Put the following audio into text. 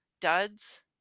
duds